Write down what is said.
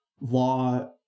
law